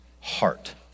Heart